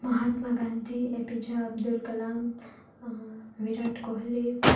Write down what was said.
Mahatma Gandhi APJ Abdul Kalam Virat Kohli